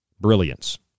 Brilliance